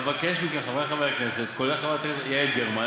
אבקש מחברי חברי הכנסת, כולל חברת הכנסת יעל גרמן,